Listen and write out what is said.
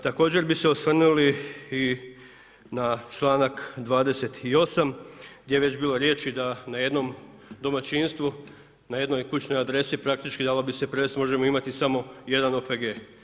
Također bi se osvrnuli i na članak 28. gdje je već bilo riječi dana jednom domaćinstvu, na jednoj kućnoj adresi praktički dalo bi se prevesti možemo imati samo jedan OPG.